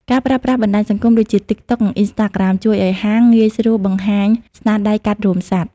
ការប្រើប្រាស់បណ្ដាញសង្គមដូចជា TikTok និង Instagram ជួយឱ្យហាងងាយស្រួលបង្ហាញស្នាដៃកាត់រោមសត្វ។